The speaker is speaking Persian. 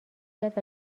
کرد